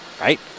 right